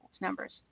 numbers